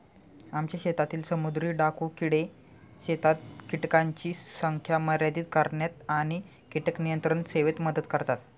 आमच्या शेतातील समुद्री डाकू किडे शेतात कीटकांची संख्या मर्यादित करण्यात आणि कीटक नियंत्रण सेवेत मदत करतात